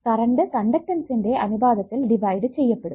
current കണ്ടക്ടൻസിന്റെ അനുപാതത്തിൽ divide ചെയ്യപ്പെടും